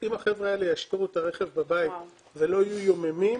אם החבר'ה האלה ישאירו את הרכב בבית ולא יהיו יוממים,